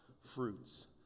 fruits